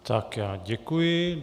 Tak já děkuji.